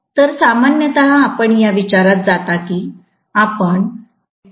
तर सामान्यत आपण या विचारात जाता की आपण 1